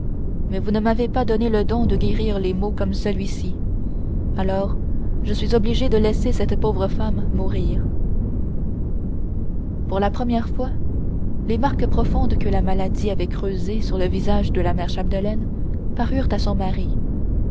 mais vous ne m'avez pas donné le don de guérir les maux comme ceux-ci alors je suis obligé de laisser cette pauvre femme mourir pour la première fois les marques profondes que la maladie avait creusées sur le visage de la mère chapdelaine parurent à son mari